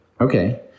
Okay